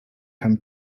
time